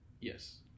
Yes